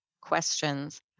questions